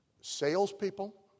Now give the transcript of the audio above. salespeople